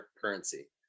currency